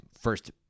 first